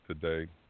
today